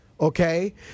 Okay